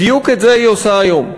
בדיוק את זה היא עושה היום.